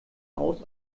aus